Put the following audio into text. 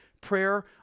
prayer